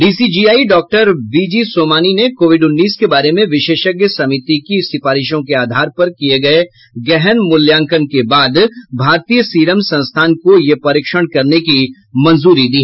DCGI doctor V G Somani ने कोविड उन्नीस के बारे में विशेषज्ञ समिति की सिफारिशों के आधार पर किये गये गहन मूल्यांकन के बाद भारतीय सीरम संस्थान को यह परीक्षण करने की मंजूरी दी